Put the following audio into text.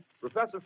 Professor